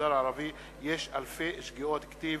במגזר הערבי יש אלפי שגיאות כתיב,